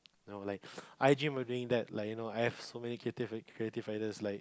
no like I dream of doing that like you know I have so many creative creative ideas like